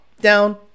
down